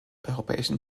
europäischen